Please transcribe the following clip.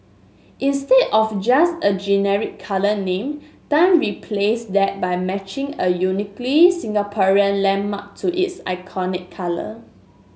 instead of just a generic colour name Tan replaced that by matching a uniquely Singaporean landmark to its iconic colour